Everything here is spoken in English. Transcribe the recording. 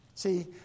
See